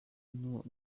nous